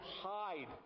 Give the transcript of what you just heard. hide